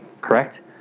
correct